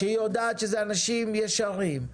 שהיא יודעת שזה אנשים ישרים,